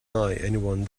anyone